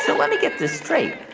so let me get this straight.